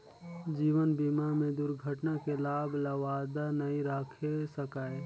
जीवन बीमा में दुरघटना के लाभ ल जादा नई राखे सकाये